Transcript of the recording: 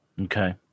Okay